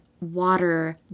water